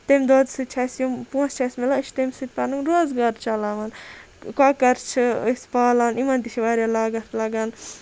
تمہِ دۄدٕ سۭتۍ چھِ أس یِم پونٛسہِ چھِ اَسہِ مِلان أسۍ چھِ تمہِ سۭتۍ پَنُن روزگار چَلاوان کۄکَر چھِ أس پالان یِمَن تہِ چھِ واریاہ لاگَتھ لَگان